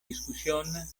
discussione